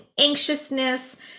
anxiousness